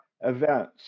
events